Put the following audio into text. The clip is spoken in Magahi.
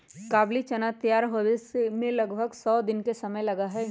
काबुली चना तैयार होवे में लगभग सौ दिन के समय लगा हई